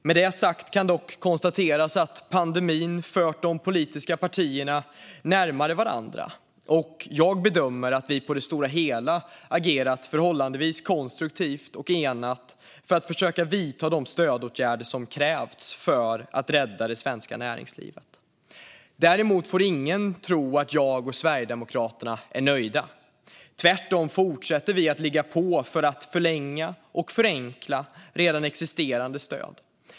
Med det sagt kan dock konstateras att pandemin fört de politiska partierna närmare varandra. Jag bedömer att vi på det stora hela agerat förhållandevis konstruktivt och enat för att försöka vidta de stödåtgärder som krävts för att rädda det svenska näringslivet. Däremot får ingen tro att jag och Sverigedemokraterna är nöjda. Vi fortsätter tvärtom att ligga på för att förlänga och förenkla redan existerande stöd.